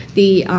the